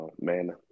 man